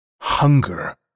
Hunger